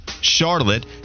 Charlotte